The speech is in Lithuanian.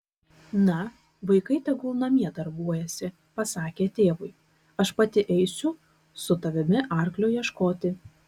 na vaikai tegul namie darbuojasi pasakė tėvui aš pati eisiu su tavimi arklio ieškoti